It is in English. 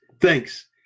Thanks